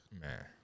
man